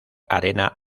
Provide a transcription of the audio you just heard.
arena